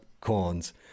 Corns